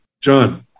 John